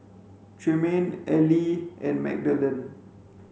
Tremayne Ely and Magdalen